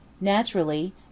Naturally